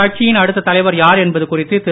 கட்சியின் அடுத்த தலைவர் யார் என்பது குறித்து திரு